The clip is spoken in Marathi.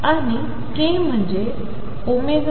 आणि k म्हणजेच v